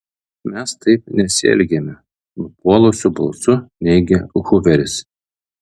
mes taip nesielgiame nupuolusiu balsu neigia huveris